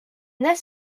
this